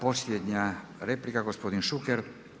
Posljednja replika gospodin Šuker.